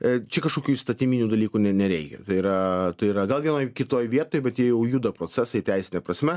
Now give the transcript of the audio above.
a čia kažkokių įstatyminių dalykų nė nereikia tai yra tai yra gal vienoj kitoj vietoj bet jie jau juda procesai teisine prasme